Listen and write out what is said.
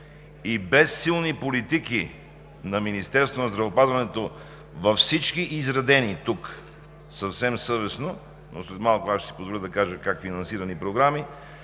Без силни политики на Министерството на здравеопазването във всички изредени тук съвсем съвестно, но след малко аз ще си позволя да кажа как – финансирани програми,